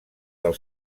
del